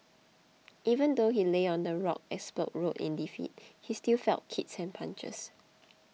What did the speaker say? even though he lay on the rough asphalt road in defeat he still felt kicks and punches